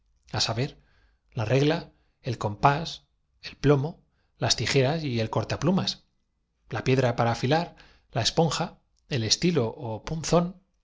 á saber la regla el compás el pues buena la pondrían la mantilla á la pobre se plomo las tijeras el cortaplumas la piedra para afi lar la esponja el estilo ó punzón la